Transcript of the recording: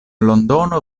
londono